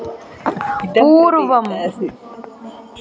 पूर्वं